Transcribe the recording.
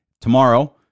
Tomorrow